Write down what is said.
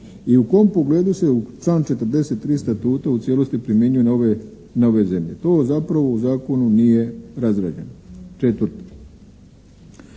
i u kom pogledu se u član 43. Statuta u cijelosti primjenjuje na ove zemlje. To zapravo u zakonu nije razrađeno. Četvrto.